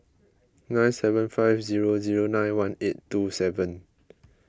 nine seven five zero zero nine one eight two seven